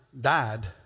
died